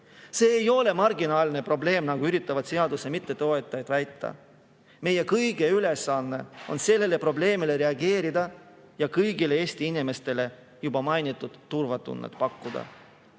See ei ole marginaalne probleem, nagu üritavad seaduse mittetoetajad väita. Meie kõigi ülesanne on sellele probleemile reageerida ja kõigile Eesti inimestele juba mainitud turvatunnet pakkuda.